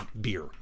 beer